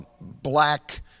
black